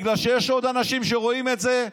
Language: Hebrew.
בגלל שיש עוד אנשים שרואים את זה,